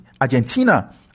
Argentina